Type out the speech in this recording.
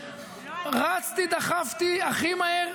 רצתי, דחפתי הכי מהר.